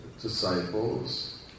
disciples